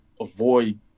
avoid